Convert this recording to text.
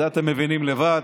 את זה אתם מבינים לבד.